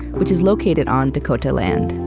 which is located on dakota land.